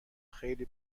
خیلی